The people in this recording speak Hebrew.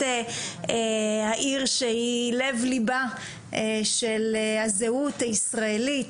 העיר שהיא לב ליבה של הזהות הישראלית,